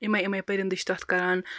یِمے یِمے پرندٕ چھِ تَتھ کَران